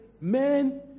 men